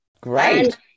Great